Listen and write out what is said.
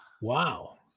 Wow